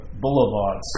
boulevards